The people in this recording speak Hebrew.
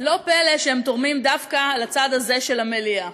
לא פלא שהם תורמים דווקא לצד הזה של המליאה,